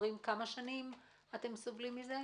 כמה שנים אתם סובלים מזה?